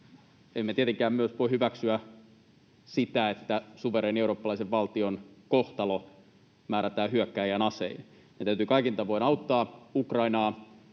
Emme tietenkään voi hyväksyä sitä, että suvereenin eurooppalaisen valtion kohtalo määrätään hyökkääjän asein. Meidän täytyy kaikin tavoin auttaa Ukrainaa.